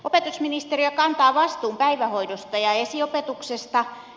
opetusministeriö kantaa vastuun päivähoidosta ja esiopetuksesta